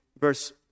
verse